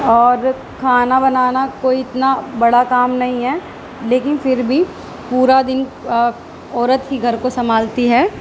اور کھانا بنانا کوئی اتنا بڑا کام نہیں ہے لیکن پھر بھی پورا دن عورت ہی گھر کو سنمھالتی ہے